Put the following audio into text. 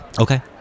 Okay